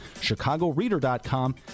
chicagoreader.com